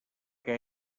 que